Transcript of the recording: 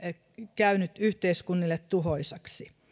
käynyt yhteiskunnille tuhoisaksi